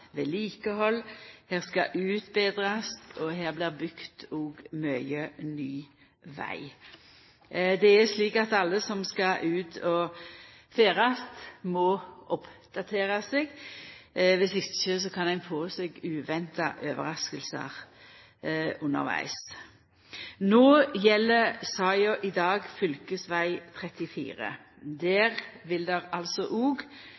vedlikehald, her skal det utbetrast, og her blir det òg bygd mykje ny veg. Det er slik at alle som skal ut og ferdast, må oppdatera seg – viss ikkje kan ein få uventa overraskingar undervegs. Saka i dag gjeld fv. 34.